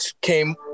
came